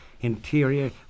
Interior